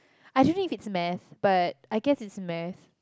I don't think is math but I guess is math